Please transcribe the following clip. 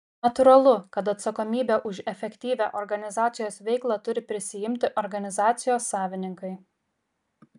natūralu kad atsakomybę už efektyvią organizacijos veiklą turi prisiimti organizacijos savininkai